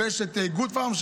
ויש את גוד פארם,